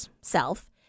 self